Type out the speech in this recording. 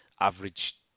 average